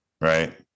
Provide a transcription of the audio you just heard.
right